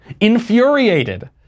infuriated